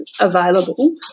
available